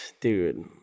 dude